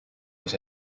was